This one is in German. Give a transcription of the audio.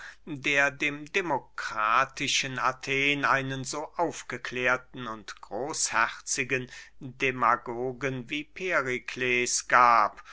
der dem demokratischen athen einen so aufgeklärten und großherzigen demagogen wie perikles gab